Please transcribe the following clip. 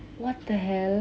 what the hell